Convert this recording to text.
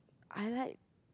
I like